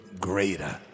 greater